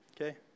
okay